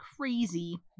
Crazy